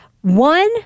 one